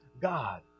God